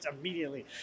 immediately